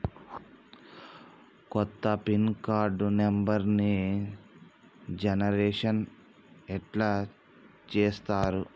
కొత్త pin card నెంబర్ని generation ఎట్లా చేత్తరు?